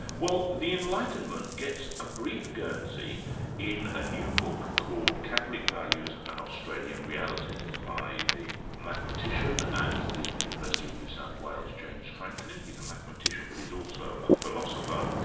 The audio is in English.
well, the enlightenment gets a brief guernsey in a new book called catholic values and australian realities it's by the mathematician at the university of new south wales, james franklin, he's a mathematician but he's also a philosopher,